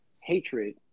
hatred